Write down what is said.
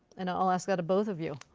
and i'll ask that of both of you?